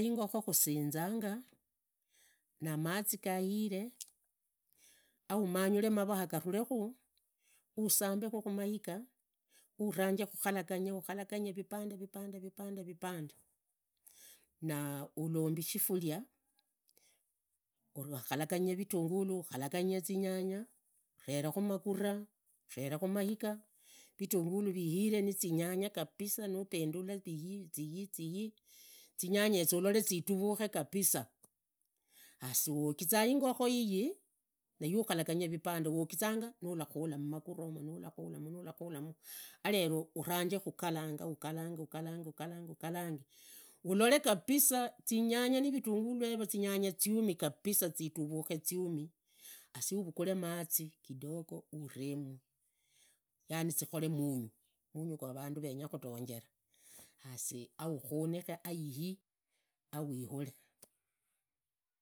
Ingokho khusinzanga na mazi gahive, auanyule mavaa ganulekhu ausambe khumaiga, auranje khakalaganga ukhulaganye vipande vipande vipande na halombi shifulia, ukhulaganye vitungulu ukhalanganye zinyanya, ureve khu magura, ureve khumaiga vitunguru na zinyanya zihire kabisa khari nubandulanya zyi ziyi zinyangezo ulole zidhuvukhe kabisa has uwogiza ingokho iyi niwe ukhalaganyanga vipande, uwogizanga nulakhula mumagura yomo, nurakhula nurukhula nurakhula avero uvanje khakulanga hukalanya hukulange hulole kabisa zinyanga na vilunguru yevo zinyanga ziwuni kabisa zidhuvukhe ziumi, hasi uvughule mazi kidogo uremu yani zikhole muyu, muyu gwa vandu venya khudonjera, hasi haukhunike haiyuu, kawihule.